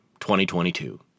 2022